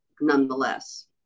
nonetheless